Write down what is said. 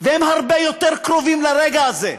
והם הרבה יותר קרובים לרגע הזה.